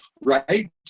Right